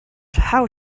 how